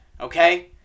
okay